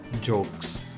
jokes